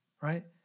right